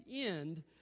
end